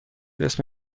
اسم